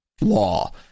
law